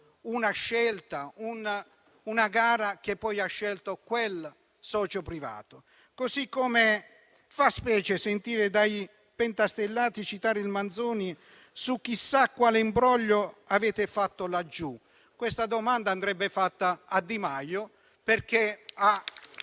una scelta, una gara che poi ha portato alla scelta di quel socio privato. Così come fa specie sentire dai pentastellati citare il Manzoni su chissà quale imbroglio avete fatto laggiù. Questa domanda andrebbe fatta a Di Maio, perché